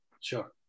Sure